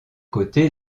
côté